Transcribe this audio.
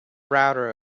router